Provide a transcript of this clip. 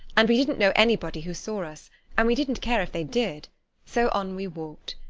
and we didn't know anybody who saw us and we didn't care if they did so on we walked.